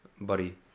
buddy